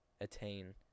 attain